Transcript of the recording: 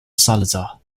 salazar